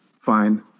fine